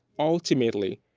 ultimately,